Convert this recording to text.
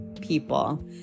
people